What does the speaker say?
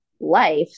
life